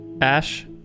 Ash